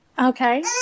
Okay